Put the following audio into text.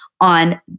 on